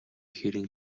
хэрийн